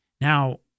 Now